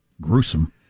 Gruesome